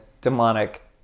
demonic